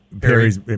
Perry's